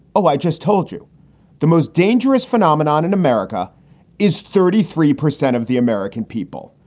oh, i just told you the most dangerous phenomenon in america is thirty three percent of the american people.